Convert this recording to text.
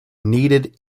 needed